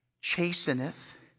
chasteneth